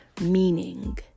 Meaning